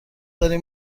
داریم